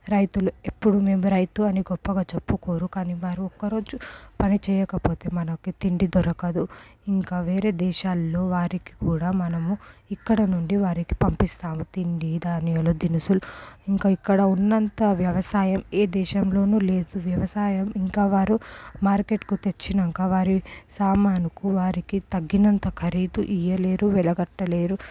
రైతులు ఎప్పుడూ మేము రైతు అని గొప్పగా చెప్పుకోరు కానీ వారు ఒక్కరోజు పని చేయకపోతే మనకు తిండి దొరకదు ఇంకా వేరే దేశాల్లో వారికి కూడా మనము ఇక్కడ నుండి వారికి పంపిస్తాము తిండి ధాన్యాలు దినుసులు ఇంకా ఇక్కడ ఉన్నంత వ్యవసాయం ఏ దేశంలోనూ లేదు వ్యవసాయం ఇంకా వారు మార్కెట్కు తెచ్చినాక వారి సామానుకు వారికి తగ్గినంత ఖరీదు ఇయ్యలేరు వెలగట్టలేరు